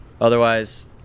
Otherwise